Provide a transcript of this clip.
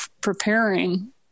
preparing